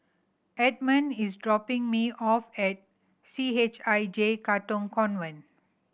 Edmon is dropping me off at C H I J Katong Convent